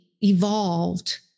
evolved